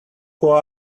who